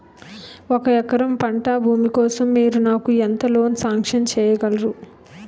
ఒక ఎకరం పంట భూమి కోసం మీరు నాకు ఎంత లోన్ సాంక్షన్ చేయగలరు?